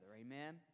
Amen